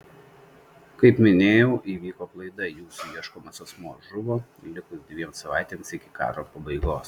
kaip minėjau įvyko klaida jūsų ieškomas asmuo žuvo likus dviem savaitėms iki karo pabaigos